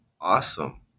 Awesome